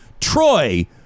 Troy